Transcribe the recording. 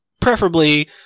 preferably